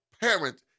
parent